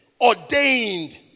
ordained